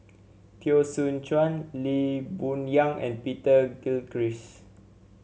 Teo Soon Chuan Lee Boon Yang and Peter Gilchrist